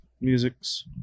Music's